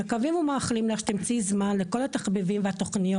מקווים ומאחלים לך שתמצאי זמן לכל התחביבים והתכניות